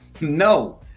no